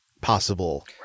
Possible